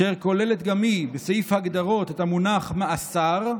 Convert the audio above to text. אשר כוללת גם היא בסעיף ההגדרות את המונח "מאסר",